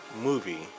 movie